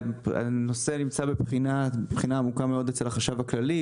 הנושא נמצא בבחינת עומק משמעותית של החשב הכללי,